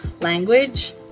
language